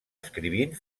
escrivint